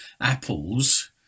apples